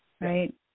right